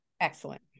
Excellent